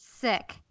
sick